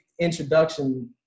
introduction